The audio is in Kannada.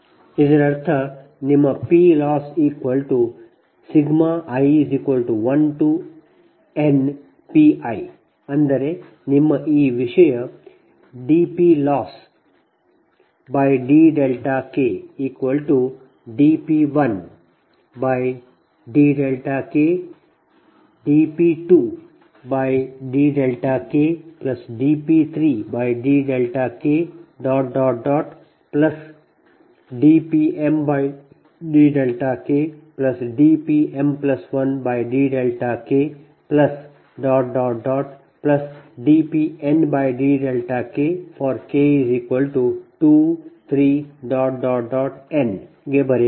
ಇದರರ್ಥ ನಿಮ್ಮ PLossi1nPi ಅಂದರೆ ನಿಮ್ಮ ಈ ವಿಷಯ dPLossdKdP1dKdP2dKdP3dKdPmdKdPm1dKdPndK for k23n ಗೆ ಇದನ್ನು ಬರೆಯಬಹುದು